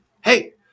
Hey